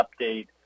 update